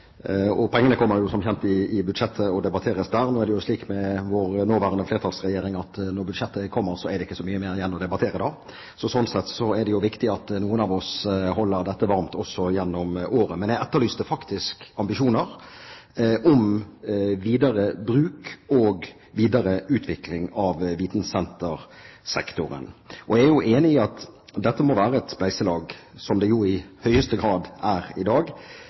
Pengene kommer jo som kjent i budsjettet og debatteres der. Nå er det slik med vår nåværende flertallsregjering, at når budsjettet kommer, er det ikke så mye mer igjen å debattere. Sånn sett er det viktig at noen av oss holder dette varmt også gjennom året. Men jeg etterlyste faktisk ambisjoner om videre bruk og videre utvikling av vitensentersektoren. Jeg er jo enig i at dette må være et spleiselag, som det i høyeste grad er i dag,